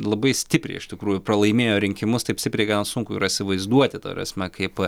labai stipriai iš tikrųjų pralaimėjo rinkimus taip stipriai gal net sunku yra įsivaizduoti tą prasme kaip